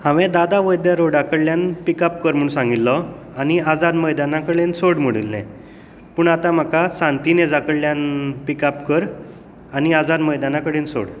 हांवें दादा वैद्य रॉडा कडल्यान पीक अप कर म्हणून सांगिल्लो आनी आझाद मैदाना कडेन सोड म्हणिल्लें पूण आतां म्हाका सांतिनेझा कडल्यान पिक अप कर आनी आझाद मैदाना कडेन सोड